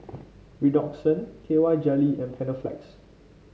Redoxon K Y Jelly and Panaflex